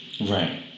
right